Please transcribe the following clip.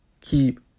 keep